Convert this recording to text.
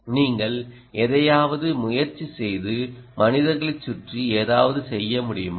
நீங்கள் எதையாவது முயற்சி செய்து மனிதர்களைச் சுற்றி ஏதாவது செய்ய முடியுமா